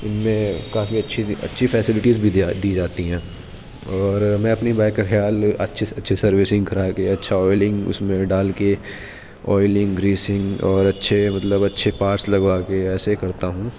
ان میں کافی اچھی اچھی فیسلٹیز بھی دی جاتی ہیں اور میں اپنی بائیک کا خیال اچھی سے اچھی سروسنگ کرا کے اچھا آئلنگ اس میں ڈال کے آئلنگ گریسنگ اور اچھے مطلب اچھے پاٹس لگوا کے ایسے کرتا ہوں